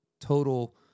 total